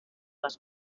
les